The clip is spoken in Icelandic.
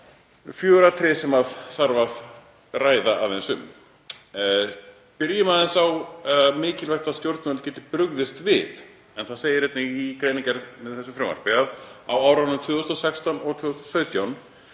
Fjögur atriði sem þarf að ræða aðeins um. Byrjum aðeins á „mikilvægt að stjórnvöld geti brugðist við“ en það segir einnig í greinargerð með þessu frumvarpi að „á árunum 2016 og 2017